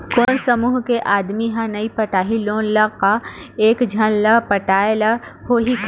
कोन समूह के आदमी हा नई पटाही लोन ला का एक झन ला पटाय ला होही का?